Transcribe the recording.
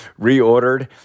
reordered